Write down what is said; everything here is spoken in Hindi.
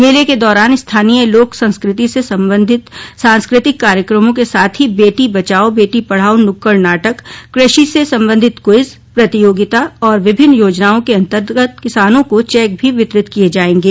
मेले के दौरान स्थानीय लोक संस्कृति से संबंधी सांस्कृतिक कार्यक्रमों के साथ ही बेटी बचाओं बेटी पढ़ाओं नुक्कड़ नाटक कृषि से संबंधित क्विज प्रतियोगिता और विभिन्न योजनाओं के अंतर्गत किसानों को चैक भी वितरित किए जाएगे